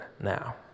now